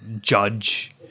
judge